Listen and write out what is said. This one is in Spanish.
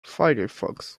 firefox